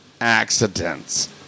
accidents